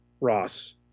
Ross